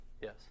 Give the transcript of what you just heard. Yes